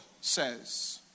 says